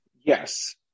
Yes